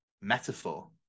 metaphor